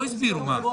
לא הסבירו.